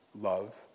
love